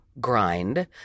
grind